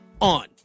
On